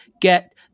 get